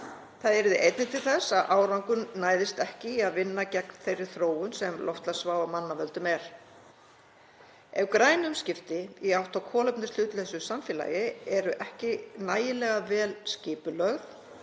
Það yrði einnig til þess að árangur næðist ekki í að vinna gegn þeirri ógn sem loftslagsvá af mannavöldum er. Ef græn umskipti í átt að kolefnishlutlausu samfélagi eru ekki nægilega vel skipulögð